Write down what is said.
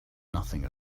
nothing